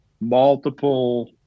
multiple